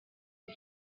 ddi